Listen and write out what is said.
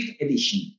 edition